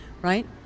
right